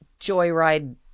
joyride